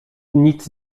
nic